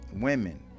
women